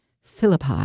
Philippi